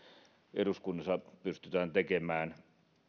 eduskunnassa pystymme tekemään